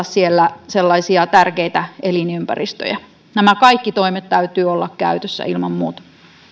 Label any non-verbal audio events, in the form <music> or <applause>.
<unintelligible> siellä sellaisia tärkeitä elinympäristöjä näiden kaikkien toimien täytyy olla käytössä ilman muuta